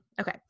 Okay